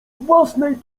własnej